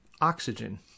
oxygen